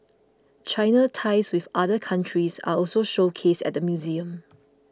China's ties with other countries are also showcased at the museum